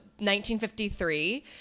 1953